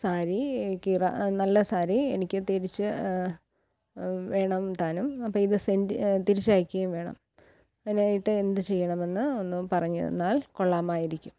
സാരി കീറ നല്ല സാരി എനിക്ക് തിരിച്ച് വേണം താനും അപ്പോൾ ഇത് സെൻറ്റ് തിരിച്ച് അയക്കുകയും വേണം അതിനായിട്ട് എന്തു ചെയ്യണമെന്ന് ഒന്നു പറഞ്ഞു തന്നാൽ കൊള്ളാമായിരിക്കും